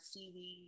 CV